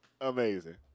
amazing